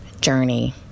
journey